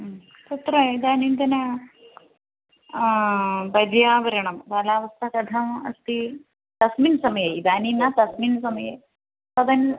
तत्र इदानीन्तन पर्यावरणं बालावस्था कथम् अस्ति तस्मिन् समये इदानीं न तस्मिन् समये तदनु